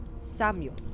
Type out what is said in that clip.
Samuel